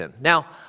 Now